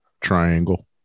triangle